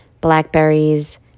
blackberries